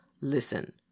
listen